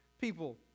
people